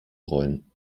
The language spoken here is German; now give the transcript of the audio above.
rollen